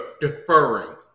deferring